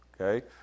Okay